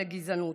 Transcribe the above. לגזענות.